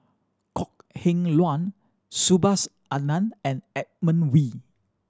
Kok Heng Leun Subhas Anandan and Edmund Wee